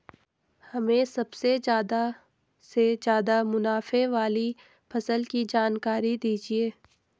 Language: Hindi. हमें सबसे ज़्यादा से ज़्यादा मुनाफे वाली फसल की जानकारी दीजिए